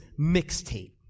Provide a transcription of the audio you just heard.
mixtape